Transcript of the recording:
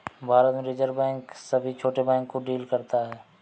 भारत में reserve bank सभी छोटे बैंक को डील करता है